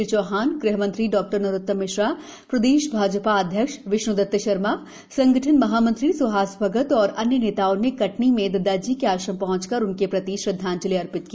श्री चौहान गृह मंत्री डॉ नरोत्तम मिश्रा प्रदेश भाजपा अध्यक्ष विष्णुदत्त शर्मा संगठन महामंत्री सुहास भगत और अन्य नेताओं ने कटनी में दद्दाजी के आश्रम पहंचकर उनके प्रति श्रद्वांजलि अर्पित की